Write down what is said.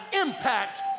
impact